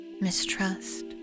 mistrust